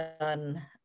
done